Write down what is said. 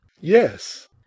Yes